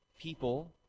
People